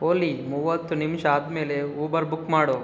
ಓಲಿ ಮೂವತ್ತು ನಿಮಿಷ ಆದಮೇಲೆ ಊಬರ್ ಬುಕ್ ಮಾಡು